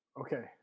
Okay